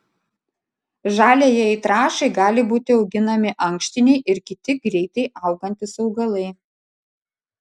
žaliajai trąšai gali būti auginami ankštiniai ir kiti greitai augantys augalai